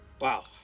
Wow